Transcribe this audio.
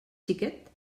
xiquet